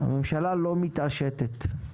הממשלה לא מתעשתת.